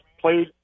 played